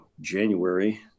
January